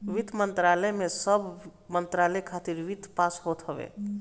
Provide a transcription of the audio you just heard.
वित्त मंत्रालय में सब मंत्रालय खातिर वित्त पास होत हवे